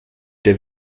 der